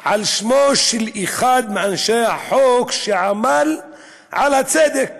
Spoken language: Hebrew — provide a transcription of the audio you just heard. על שמו של אחד מאנשי החוק שעמלים על הצדק